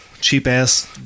Cheap-ass